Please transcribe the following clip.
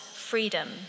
freedom